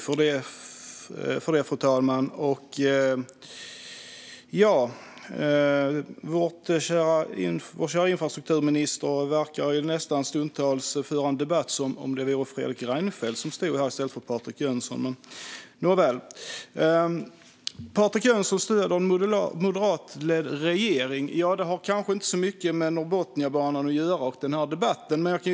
Fru talman! Vår käre infrastrukturminister verkar stundtals nästan föra en debatt som vore det Fredrik Reinfeldt som stod här i stället för Patrik Jönsson. Nåväl! Ministern sa att Patrik Jönsson stöder en moderatledd regering. Det har kanske inte så mycket med Norrbotniabanan och debatten att göra.